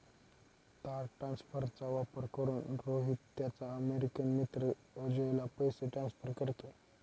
तार ट्रान्सफरचा वापर करून, रोहित त्याचा अमेरिकन मित्र अजयला पैसे ट्रान्सफर करतो